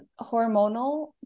hormonal